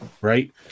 right